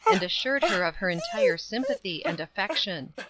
and assured her of her entire sympathy and affection.